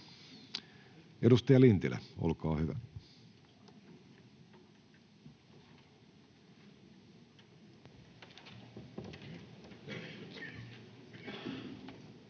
Edustaja Lintilä, olkaa hyvä.